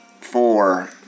Four